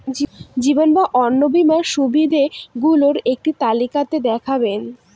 জীবন বা অন্ন বীমার সুবিধে গুলো একটি তালিকা তে দেখাবেন?